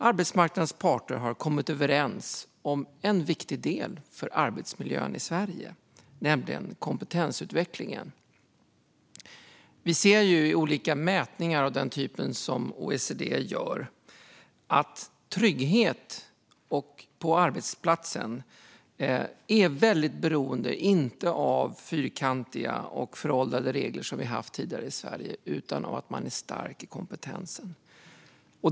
Arbetsmarknadens parter har kommit överens om en viktig del för arbetsmiljön i Sverige: kompetensutvecklingen. Vi ser i olika mätningar av den typ som OECD gör att trygghet på arbetsplatsen är väldigt beroende av inte fyrkantiga och föråldrade regler, som vi tidigare haft i Sverige, utan av att man är stark i fråga om kompetensen.